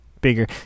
bigger